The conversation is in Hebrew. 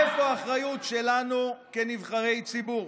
איפה האחריות שלנו כנבחרי ציבור?